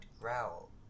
growl